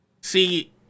See